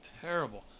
terrible